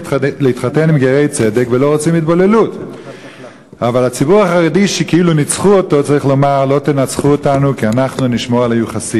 מושב החורף כבר הועברו כמה חוקי